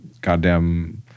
goddamn